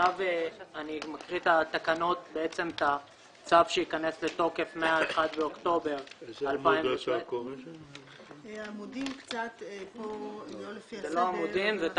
אני מקריא את הצו שייכנס לתוקף מה-1 באוקטובר 2017. תקנות